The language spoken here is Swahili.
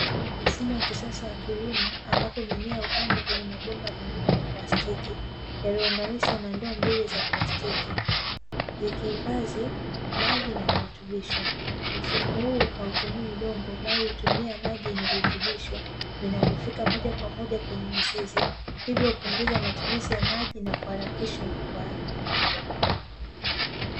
Mfumo wa kisasa wa kilimo ambapo mimea hupandwa kwenye mabomba meupe ya plastiki, yaliyounganishwa na ndoo mbili za plastiki, zikihifadhi maji na virutubisho. Mfumo huu hautumii udongo bali hutumia maji yenye virutubisho vinavyofika moja kwa moja kwenye mizizi, hivyo hupunguza matumizi ya maji na kuharakisha ukuaji.